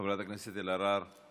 חברת הכנסת אלהרר,